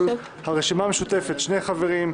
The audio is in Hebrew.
הרשימה המשותפת שני חברים,